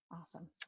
Awesome